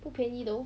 不便宜 though